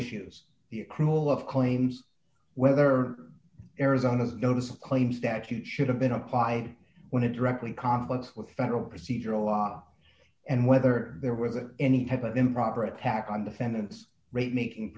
issues the cruel of claims whether arizona's notice of claim statute should have been apply when it directly conflicts with federal procedural law and whether there was a any type of improper attack on defendants rate making